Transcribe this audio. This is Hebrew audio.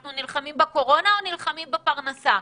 האם אנחנו נלחמים בקורונה או נלחמים בפרנסה?